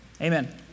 Amen